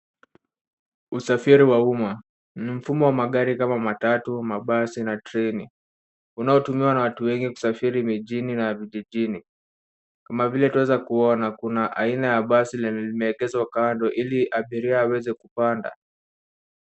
Usafiri wa umma. Ni mfumo wa magari kama matatu, mabasi na treni, unaotumiwa na watu wengi kusafiri mjini na vijijini. Kama vile tunaweza kuona kuna aina ya basi limeegezwa kamdo ili abiria waweze kupanda.